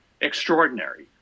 extraordinary